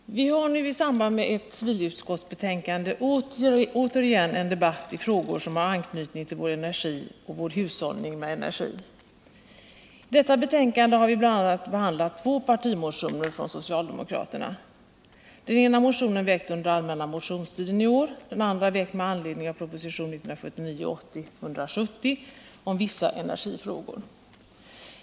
Herr talman! Vi har nu i samband med ett civilutskottsbetänkande återigen en debatt i frågor som har anknytning till vår energi och vår hushållning med energi. I detta betänkande har bl.a. behandlats två partimotioner från socialdemokraterna. Den ena motionen är väckt under allmänna motionstiden i år, och den andra är väckt med anledning av proposition 1979/80:170 om vissa energifrågor.